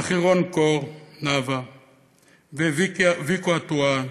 ואחירון קור נאוה וויקו אטואן